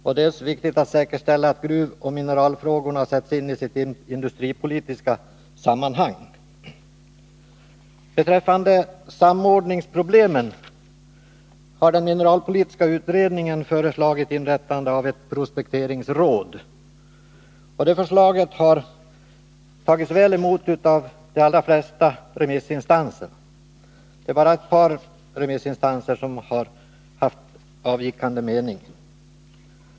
Dels anser man det viktigt att säkerställa att gruvoch mineralfrågorna sätts in i sitt industripolitiska sammanhang. För att komma till rätta med samordningsproblemen har den mineralpolitiska utredningen föreslagit inrättandet av ett prospekteringsråd. Det förslaget har tagits väl emot av de allra flesta remissinstanser. Det är bara ett par remissinstanser som har haft avvikande mening.